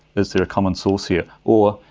is there a common source here? or,